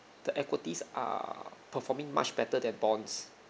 the equities are performing much better than bonds